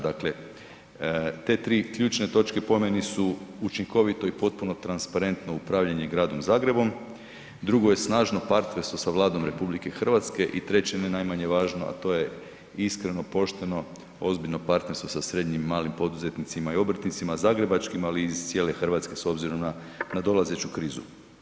Dakle, te tri ključne točke po meni su učinkovito i potpuno transparentno upravljanje Gradom Zagrebom, drugo je snažno partnerstvo sa Vladom RH i treće ne najmanje važno, a to je iskreno, pošteno, ozbiljno partnerstvo sa srednjim i malim poduzetnicima i obrtnicima zagrebačkim, ali iz cijele Hrvatske s obzirom na nadolazeću krizu.